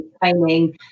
training